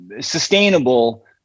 sustainable